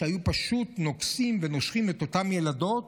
שהיו פשוט נוגסים ונושכים את אותן ילדות,